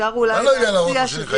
ואני לא יודע להראות לו שאני חייב.